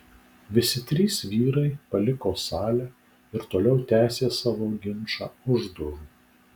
visi trys vyrai paliko salę ir toliau tęsė savo ginčą už durų